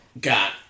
got